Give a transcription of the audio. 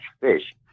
fish